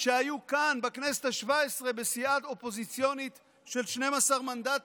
שהיו כאן בכנסת השבע-עשרה בסיעה אופוזיציונית של 12 מנדטים.